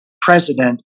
president